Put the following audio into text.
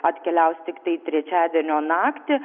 atkeliaus tiktai trečiadienio naktį